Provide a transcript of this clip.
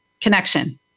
connection